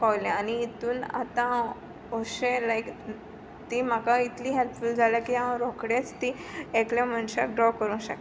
कोवलें आनी हातून आतां हांव अशें लायक ती म्हाका इतली हॅल्पफूल जाल्या की हांव रोखडेंच ती एकले मनशाक ड्रॉ करूंक शकता